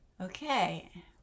Okay